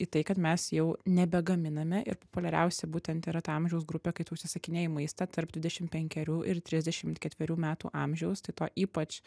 į tai kad mes jau nebegaminame ir populiariausia būtent yra ta amžiaus grupė kai tu užsisakinėji maistą tarp dvidešimt penkerių ir trisdešimt ketverių metų amžiaus tai to ypač